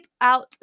out